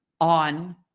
on